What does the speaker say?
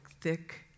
thick